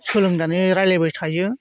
सोलोंनानै रायज्लायबाय थायो